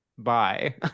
bye